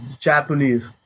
Japanese